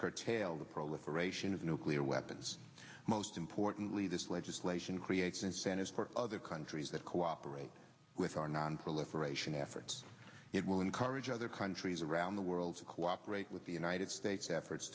curtail the proliferation of nuclear weapons most importantly this legislation creates incentives for other countries that cooperate with our nonproliferation efforts it will encourage other countries around the world to cooperate with the united states efforts